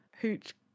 Hooch